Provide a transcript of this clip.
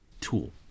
tool